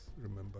remember